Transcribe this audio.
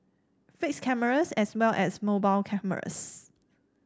fixed cameras as well as mobile cameras